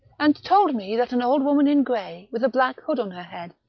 and told me that an old woman in grey, with a black hood on her head,